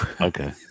Okay